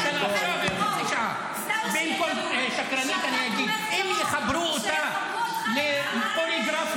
במקום "שקרנית" אני אגיד: אם יחברו אותה לפוליגרף,